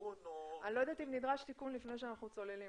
תיקון או --- אני לא יודעת אם נדרש תיקון לפני שאנחנו צוללים,